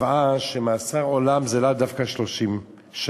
וקבעה שמאסר עולם זה לאו דווקא 30 שנה,